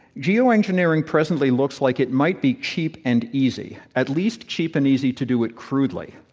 geoengineering presently looks like it might be cheap and easy, at least cheap and easy to do it crudely.